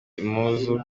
impuzu